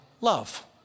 love